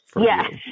Yes